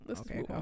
okay